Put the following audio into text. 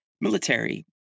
military